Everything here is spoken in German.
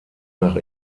nach